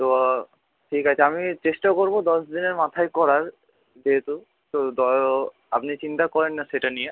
তো ঠিক আছে আমি চেষ্টা করবো দশ দিনের মাথায় করার যেহেতু তো দঅ আপনি চিন্তা করেন না সেটা নিয়ে